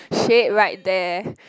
shade right there